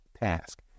task